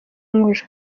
nkuru